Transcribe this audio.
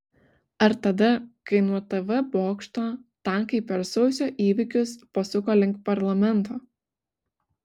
ar tada kai nuo tv bokšto tankai per sausio įvykius pasuko link parlamento